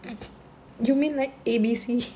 you mean like A B C